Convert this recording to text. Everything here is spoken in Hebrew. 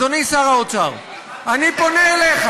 אדוני שר האוצר, אני פונה אליך.